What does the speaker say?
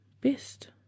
best